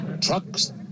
Trucks